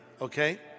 okay